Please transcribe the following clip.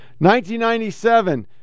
1997